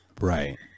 Right